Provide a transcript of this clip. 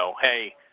hey